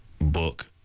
book